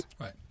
Right